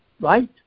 right